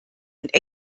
und